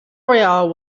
royale